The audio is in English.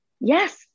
yes